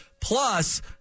Plus